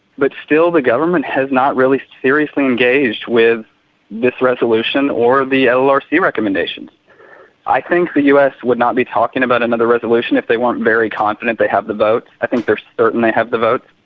but still the government has not really seriously engaged with this resolution or the ah llrc recommendations. i think the us would not be talking about another resolution if they weren't very confident they have the votes, i think they are certain they have the votes.